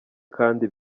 kandi